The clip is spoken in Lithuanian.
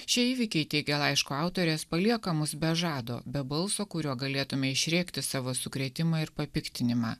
šie įvykiai teigia laiško autorės palieka mus be žado be balso kuriuo galėtume išrėkti savo sukrėtimą ir papiktinimą